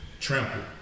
trampled